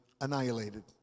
annihilated